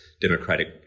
democratic